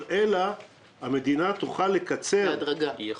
אלא המדינה תוכל לקצר --- בהדרגה.